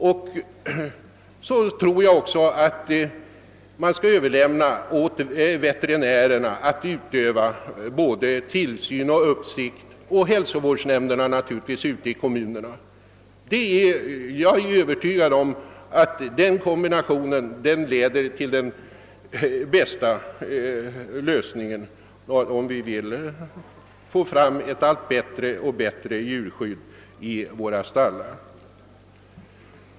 Vidare anser jag att vi skall överlämna åt veterinärerna och hälsovårdsnämnderna ute i kommunerna att utöva tillsyn och uppsikt i detta fall. Jag är övertygad om att den vägen leder till de bästa lösningarna i våra strävanden att skapa ett allt bättre djurskydd i våra stallar.